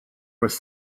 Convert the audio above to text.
was